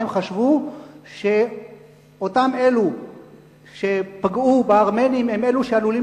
הם חשבו שאותם אלה שפגעו בארמנים הם אלו שעלולים